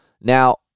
Now